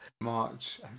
March